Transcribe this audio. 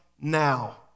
now